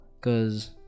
Cause